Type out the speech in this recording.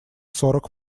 сорок